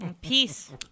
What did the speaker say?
Peace